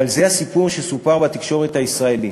אבל זה הסיפור שסופר בתקשורת הישראלית.